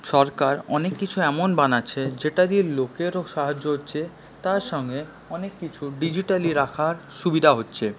সরকার অনেক কিছু এমন বানাচ্ছে যেটা দিয়ে লোকেরও সাহায্য হচ্ছে তার সঙ্গে অনেক কিছু ডিজিটালি রাখার সুবিধা হচ্ছে